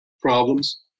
problems